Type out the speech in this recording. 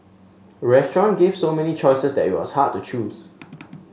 the restaurant gave so many choices that it was hard to choose